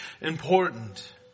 important